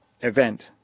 event